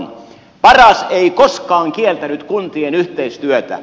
paras ei koskaan kieltänyt kuntien yhteistyötä